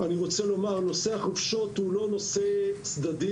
נושא החופשות הוא לא נושא צדדי